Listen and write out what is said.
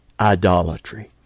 idolatry